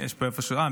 אני